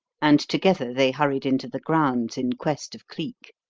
and together they hurried into the grounds in quest of cleek.